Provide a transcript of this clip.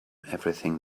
everything